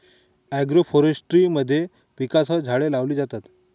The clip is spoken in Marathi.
एग्रोफोरेस्ट्री मध्ये पिकांसह झाडे लावली जातात